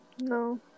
No